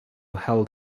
held